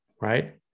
right